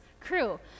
crew